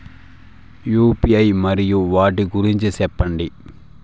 UPI మరియు వాటి గురించి సెప్పండి?